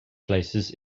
places